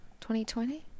2020